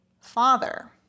father